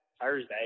Thursday